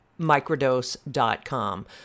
microdose.com